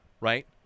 right